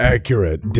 Accurate